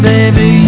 Baby